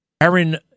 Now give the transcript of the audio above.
Aaron